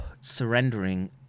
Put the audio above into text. surrendering